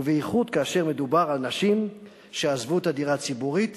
ובייחוד כאשר מדובר על נשים שעזבו את הדירה הציבורית